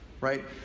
Right